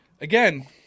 again